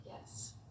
Yes